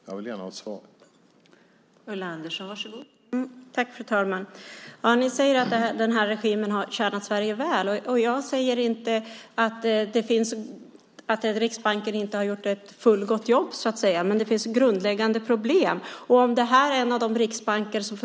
Jag vill gärna ha ett svar på det.